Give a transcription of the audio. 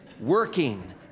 working